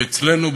כי אצלנו,